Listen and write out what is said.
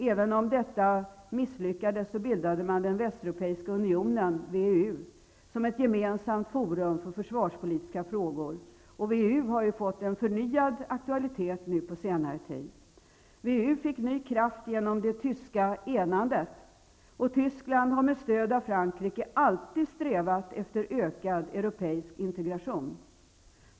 Även om detta misslyckades bildade man den Västeuropeiska Unionen, WEU, som ett gemensamt forum för försvarspolitiska frågor. WEU har på senare tid fått förnyad aktualitet. Tyskland har med stöd av Frankrike alltid strävat efter ökad europeisk integration.